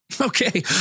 Okay